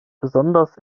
besonders